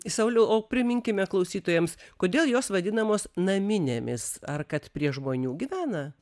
sauliau o priminkime klausytojams kodėl jos vadinamos naminėmis ar kad prie žmonių gyvena